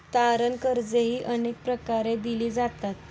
तारण कर्जेही अनेक प्रकारे दिली जातात